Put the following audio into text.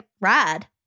rad